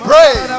Pray